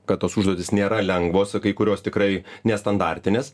kad tos užduotys nėra lengvos kai kurios tikrai nestandartinės